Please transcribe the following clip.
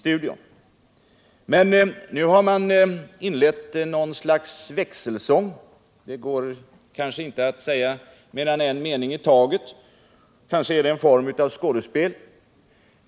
Nu har det blivit något slags växelsång. Ibland får var och en inte säga mer än en mening i taget. Kanske är det någon form av skådespel.